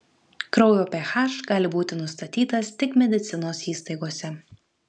kraujo ph gali būti nustatytas tik medicinos įstaigose